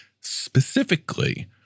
specifically